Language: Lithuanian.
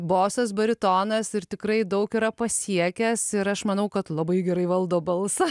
bosas baritonas ir tikrai daug yra pasiekęs ir aš manau kad labai gerai valdo balsą